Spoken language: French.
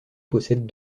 possède